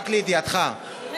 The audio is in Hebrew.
רק לידיעתך,